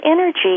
energy